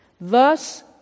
Thus